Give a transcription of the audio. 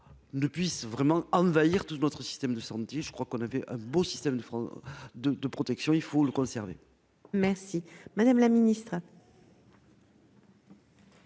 depuis vraiment envahir tout notre système de santé, je crois qu'on avait un beau système de, de, de protection, il faut le conserver. Merci madame la ministre.